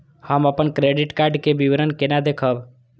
हम अपन credit card के विवरण केना देखब?